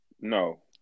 No